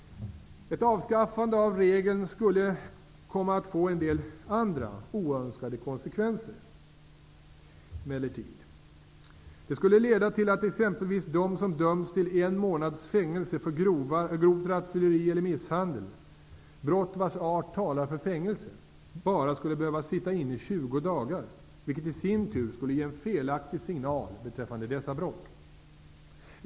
Ett avskaffande av regeln skulle emellertid komma att få en del andra, oönskade konsekvenser. Det skulle leda till att exempelvis de som döms till en månads fängelse för grovt rattfylleri eller misshandel, brott vars art talar för fängelse, bara skulle behöva sitta inne 20 dagar, vilket i sin tur skulle ge en felaktig signal beträffande dessa brott.